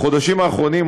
בחודשים האחרונים,